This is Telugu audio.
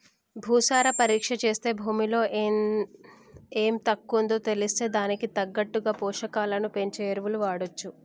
భూసార పరీక్ష చేస్తే భూమిలో ఎం తక్కువుందో తెలిస్తే దానికి తగ్గట్టు పోషకాలను పెంచే ఎరువులు వాడొచ్చు